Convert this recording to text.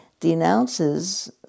denounces